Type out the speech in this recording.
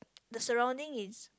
the surrounding is